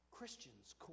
Christians